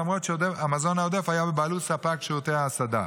למרות שהמזון העודף היה בבעלות ספק שירותי ההסעדה,